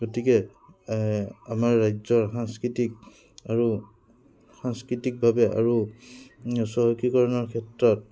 গতিকে আমাৰ ৰাজ্যৰ সাংস্কৃতিক আৰু সাংস্কৃতিকভাৱে আৰু ম চহকীকৰণৰ ক্ষেত্ৰত